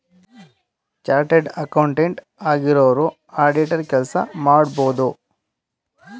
chartered accountant ಆಗಿರೋರು auditor ಕೆಲಸ ಮಾಡಬೋದು